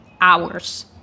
hours